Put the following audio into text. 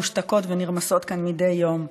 מושתקות ונרמסות כאן מדי יום,